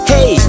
Hey